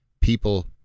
People